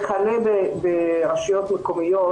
וכלה ברשויות מקומיות,